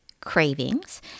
cravings